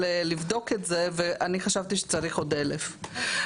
לבדוק את זה ואני חשבתי שצריך עוד 1,000,